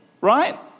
right